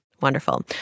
Wonderful